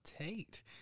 Tate